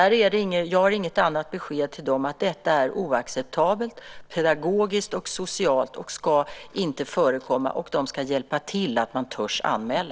Jag har inget annat besked till dem än att detta är pedagogiskt och socialt oacceptabelt. Det ska inte förekomma, och de ska hjälpa till så att man törs anmäla.